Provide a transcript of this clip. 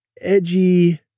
edgy